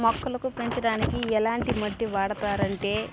మొక్కలకు పెంచడానికి ఎలాంటి మట్టి వాడతారంటే